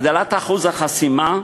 הגדלת אחוז החסימה,